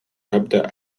تبدأ